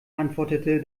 antwortete